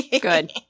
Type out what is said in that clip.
Good